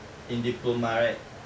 in diploma right